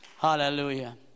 Hallelujah